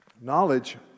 Knowledge